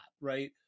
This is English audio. right